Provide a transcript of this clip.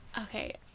okay